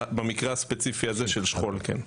במקרה הספציפי הזה של שכול, כן.